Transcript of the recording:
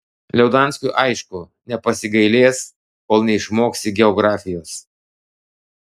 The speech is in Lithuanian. liaudanskiui aišku nepasigailės kol neišmoksi geografijos